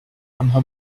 آنها